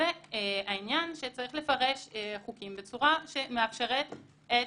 והעניין שצריך לפרש חוקים בצורה שמאפשרת את